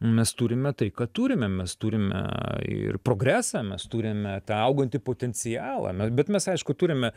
mes turime tai ką turime mes turime ir progresą mes turime tą augantį potencialą bet mes aišku turime